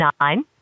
Nine